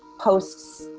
posts,